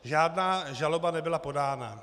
Žádná žaloba nebyla podána.